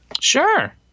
Sure